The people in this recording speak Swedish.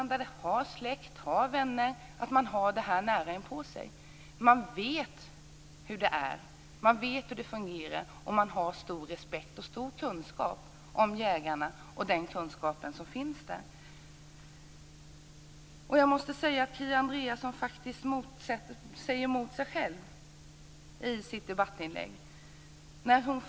Man har kanske släkt och vänner som gör att man har detta nära inpå sig. Man vet hur det är och hur det fungerar. Man har stor respekt för och stor kunskap om jägarna. Kia Andreasson säger faktiskt emot sig själv i sitt inlägg.